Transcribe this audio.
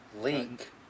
Link